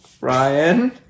Ryan